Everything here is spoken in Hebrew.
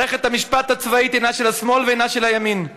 מערכת המשפט הצבאית אינה של השמאל ואינה של הימין.